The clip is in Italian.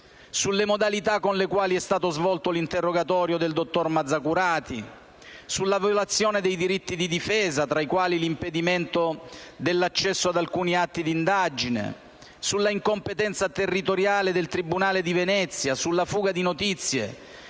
sulle modalità con le quali è stato svolto l'interrogatorio del dottor Mazzacurati, sulla violazione dei diritti di difesa (tra i quali l'impedimento dell'accesso ad alcuni atti di indagine), sulla incompetenza territoriale del tribunale di Venezia, sulla «fuga di notizie»,